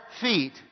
feet